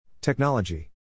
Technology